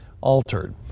altered